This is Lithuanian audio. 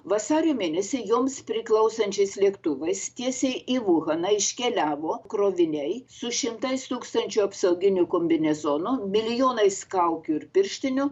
vasario mėnesį joms priklausančiais lėktuvais tiesiai į vuhaną iškeliavo kroviniai su šimtais tūkstančių apsauginių kombinezonų milijonais kaukių ir pirštinių